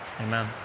Amen